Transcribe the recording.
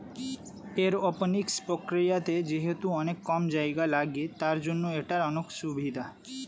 aeroponics প্রক্রিয়াতে যেহেতু অনেক কম জায়গা লাগে, তার জন্য এটার অনেক সুভিধা